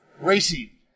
Racing